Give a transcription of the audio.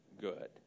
good